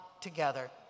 together